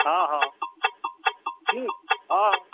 हँ हँ ठीक हँ